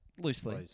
Loosely